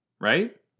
right